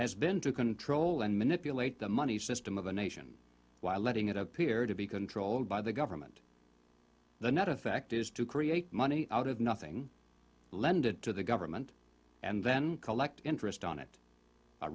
has been to control and manipulate the money system of the nation while letting it appear to be controlled by the government the net effect is to create money out of nothing lend it to the government and then collect interest